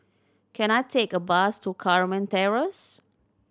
can I take a bus to Carmen Terrace